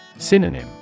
Synonym